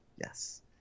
yes